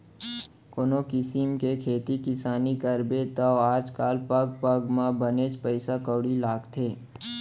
कोनों किसिम के खेती किसानी करबे तौ आज काल पग पग म बनेच पइसा कउड़ी लागथे